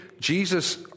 Jesus